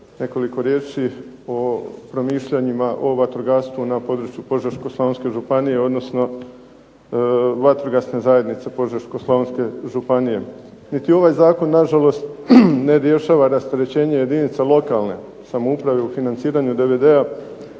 nekoliko riječi o promišljanjima o vatrogastvu na području Požeško-slavonske županije, odnosno vatrogasne zajednice Požeško-slavonske županije. Niti ovaj zakon nažalost ne rješava rasterećenje jedinica lokalne samouprave u financiranju DVD-a,